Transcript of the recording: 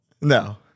No